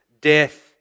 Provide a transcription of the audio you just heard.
death